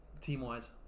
team-wise